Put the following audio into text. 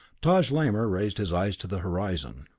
taj lamor raised his eyes to the horizon.